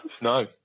No